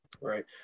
Right